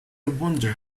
wonder